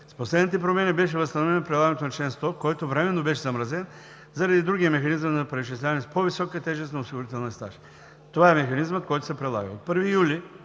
С последните промени беше възстановено прилагането на чл. 100, който временно беше замразен заради другия механизъм на преизчисляване с по-висока тежест на осигурителния стаж. Това е механизмът, който се прилага. От 1 юли